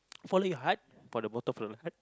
follow your heart for the motto for the heart